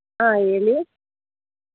ಹಾಂ ಹೇಳಿ